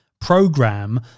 program